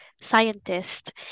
scientist